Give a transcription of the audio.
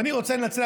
ואני רוצה לנצל,